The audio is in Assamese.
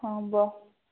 হ'ব